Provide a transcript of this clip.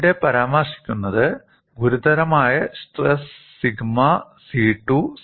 ഇവിടെ പരാമർശിക്കുന്നത് ഗുരുതരമായ stress sigma c2 sigma c1 നെക്കാൾ കുറവാണ് എന്നതാണ്